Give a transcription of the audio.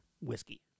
whiskey